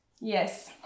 yes